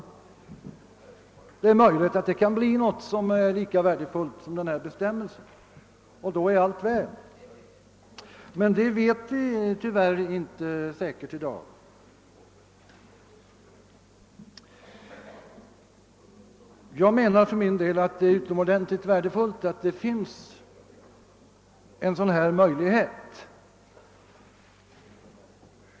Det är möjligt att det kan bli något som är lika värdefullt som den här bestämmelsen, och då är allt väl. Men det vet vi tyvärr inte säkert i dag. För min del menar jag att det är .utomordentligt. värdefullt att det finns en sådan här möjlighet.